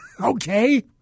okay